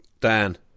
Dan